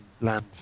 land